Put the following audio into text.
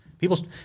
people